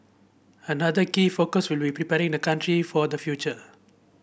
another key focus will be preparing the country for the future